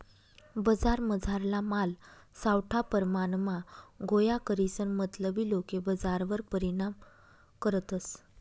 बजारमझारला माल सावठा परमाणमा गोया करीसन मतलबी लोके बजारवर परिणाम करतस